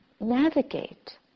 navigate